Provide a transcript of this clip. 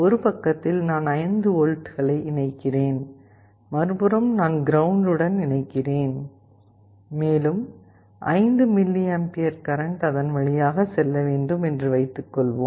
ஒரு பக்கத்தில் நான் 5 வோல்ட்களை இணைக்கிறேன் மறுபுறம் நான் கிரவுண்ட் உடன் இணைக்கிறேன் மேலும் 5 mA கரண்ட் அதன் வழியாக செல்ல வேண்டும் என்று வைத்துக் கொள்ளலாம்